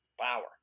power